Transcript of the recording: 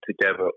together